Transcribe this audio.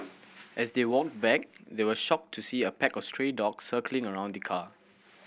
as they walked back they were shocked to see a pack of stray dogs circling around the car